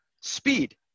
speed